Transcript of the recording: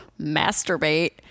masturbate